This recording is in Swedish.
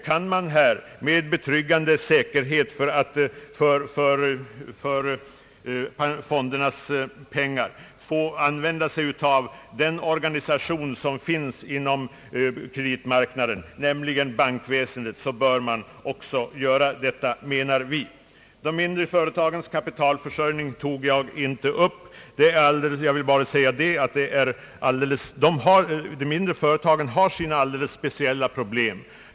Man bör här — med betryggande säkerhet för fondernas utlåning — i större utsträckning kunna använda sig av den organisation som redan finns på kreditmarknaden, nämligen bankväsendet. De mindre företagens kapitalförsörjning tog jag inte upp. Jag vill bara säga det att de mindre företagen i det avseendet har sina speciella problem.